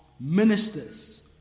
Ministers